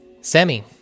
Sammy